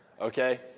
Okay